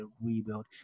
rebuild